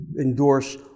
endorse